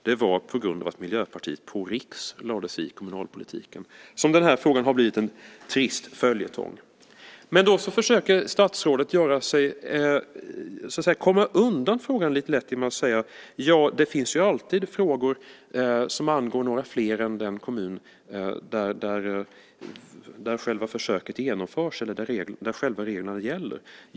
Det är på grund av att Miljöpartiet "på riks" lade sig i kommunalpolitiken som den här frågan har blivit en trist följetong. Statsrådet försöker komma undan frågan lite lätt genom att säga: Ja, det finns ju alltid frågor som angår några fler än den kommun där själva försöket genomförs eller där reglerna gäller.